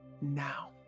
now